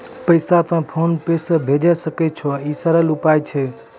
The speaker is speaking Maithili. पैसा तोय फोन पे से भैजै सकै छौ? ई सरल उपाय छै?